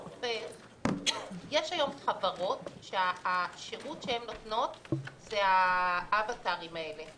יש היום חברות שהשירות שהן נותנות זה האווטרים האלה,